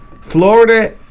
Florida